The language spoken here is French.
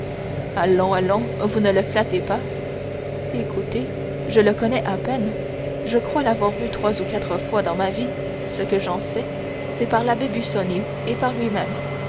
allons allons vous ne le flattez pas écoutez je le connais à peine je crois l'avoir vu trois fois dans ma vie ce que j'en sais c'est par l'abbé busoni et par lui-même